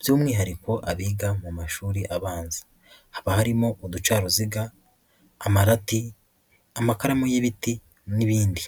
by'umwihariko abiga mu mashuri abanza. Haba harimo uduca uruziga, amarati, amakaramu y'ibiti n'ibindi.